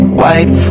white